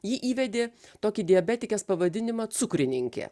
ji įvedė tokį diabetikės pavadinimą cukrininkė